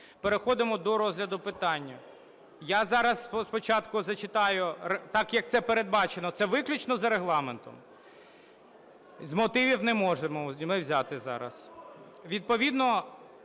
Переходимо до розгляду питання. (Шум у залі) Я зараз… спочатку зачитаю, так як це передбачено. Це виключно за Регламентом. З мотивів не можемо взяти зараз. Відповідно